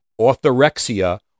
orthorexia